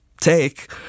take